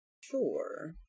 sure